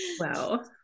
Wow